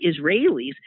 Israelis